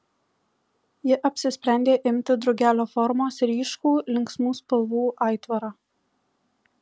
ji apsisprendė imti drugelio formos ryškų linksmų spalvų aitvarą